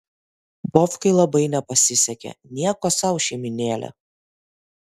vovkai labai nepasisekė nieko sau šeimynėlė